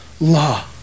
law